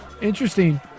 Interesting